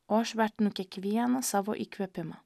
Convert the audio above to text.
o aš vertinu kiekvieną savo įkvėpimą